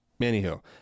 anywho